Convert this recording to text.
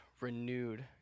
renewed